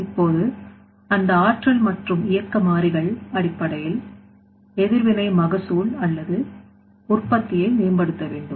இப்போது அந்த ஆற்றல் மற்றும் இயக்க மாறிகள் அடிப்படையில் எதிர்வினை மகசூல்அல்லது உற்பத்தியை மேம்படுத்த வேண்டும்